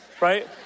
right